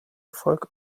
erfolg